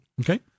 Okay